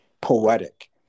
poetic